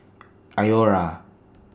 Iora